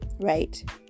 right